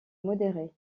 modérés